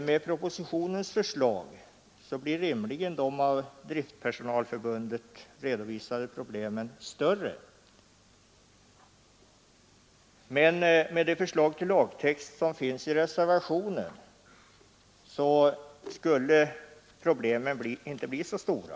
Med propositionens förslag blir rimligen de av Driftpersonalförbundet redovisade problemen större, men med det förslag till lagtext som finns i reservationen 8 skulle problemen inte bli så stora.